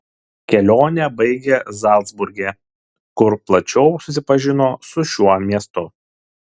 kelionę baigė zalcburge kur plačiau susipažino su šiuo miestu